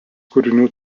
kūrinių